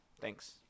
Thanks